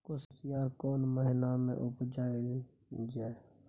कोसयार कोन महिना मे उपजायल जाय?